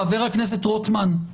חבר הכנסת רוטמן,